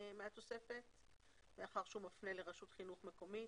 מהתוספת לאחר שהוא מפנה לרשות חינוך מקומית.